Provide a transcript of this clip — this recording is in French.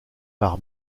par